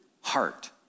heart